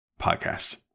podcast